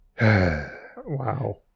Wow